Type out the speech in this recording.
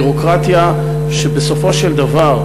ביורוקרטיה שבסופו של דבר,